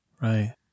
Right